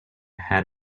had